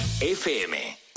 FM